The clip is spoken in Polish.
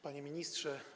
Panie Ministrze!